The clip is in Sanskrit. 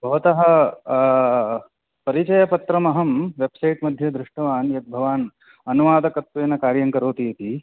भवतः परिचयपत्रमहं वेब्सैट् मध्ये दृष्टवान् यद् भवान् अनुवादकत्वेन कार्यं करोति इति